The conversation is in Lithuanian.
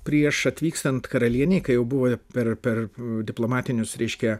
prieš atvykstant karalienei kai jau buvo per per diplomatinius reiškia